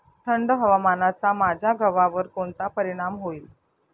थंड हवामानाचा माझ्या गव्हावर कोणता परिणाम होईल?